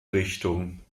richtung